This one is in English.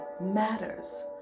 matters